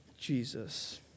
Jesus